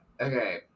okay